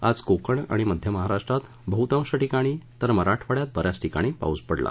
आज कोकण आणि मध्य महाराष्ट्रात बहुतेक ठिकाणी तर मराठवाडयात ब याच ठिकाणी पाऊस पडला